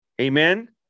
Amen